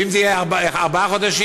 ואם זה יהיה ארבעה חודשים?